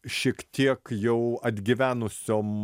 šiek tiek jau atgyvenusiom